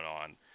on